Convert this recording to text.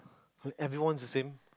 when everyone's the same